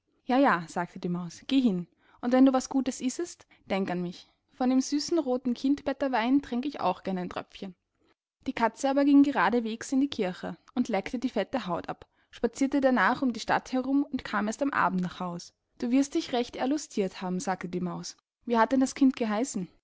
ja ja sagte die maus geh hin und wenn du was gutes issest denk an mich von dem süßen rothen kindbetterwein tränk ich auch gern ein tröpfchen die katze aber ging geradeswegs in die kirche und leckte die fette haut ab spatzirte darnach um die stadt herum und kam erst am abend nach haus du wirst dich recht erlustirt haben sagte die maus wie hat denn das kind geheißen